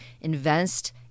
invest